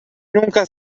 nunca